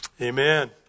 Amen